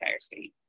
state